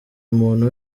muntu